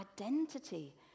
identity